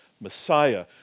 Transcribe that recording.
Messiah